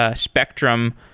ah spectrum,